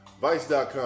Vice.com